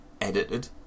edited